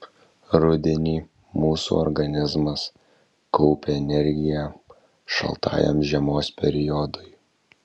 rudenį mūsų organizmas kaupia energiją šaltajam žiemos periodui